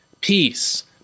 peace